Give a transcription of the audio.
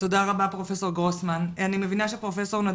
תודה רבה, פרופ' גרוסמן.